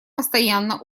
постоянно